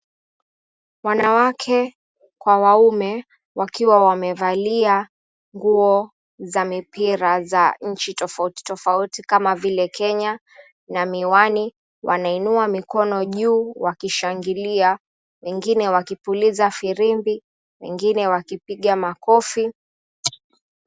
Wanawake kwa waume, wakiwa wamevalia nguo za mipira za nchi tofauti tofauti. Kama vile Kenya, na miwani, wanainua mikono juu wakishangilia. Wengine wakipuliza firimbi, wengine wakipiga makofi.